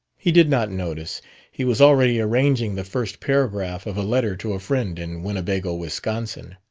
he did not notice he was already arranging the first paragraph of a letter to a friend in winnebago, wisconsin.